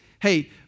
Hey